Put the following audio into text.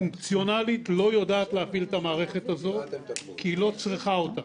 פונקציונלית לא יודעת להפעיל את המערכת הזו כי היא לא צריכה אותה.